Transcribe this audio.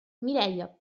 mireia